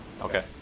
Okay